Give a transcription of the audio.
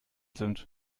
sind